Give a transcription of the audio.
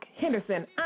Henderson